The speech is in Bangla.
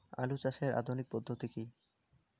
আলু চাষের আধুনিক পদ্ধতি কি?